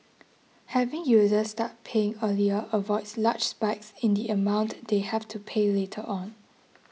having users start paying earlier avoids large spikes in the amount they have to pay later on